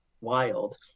wild